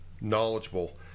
knowledgeable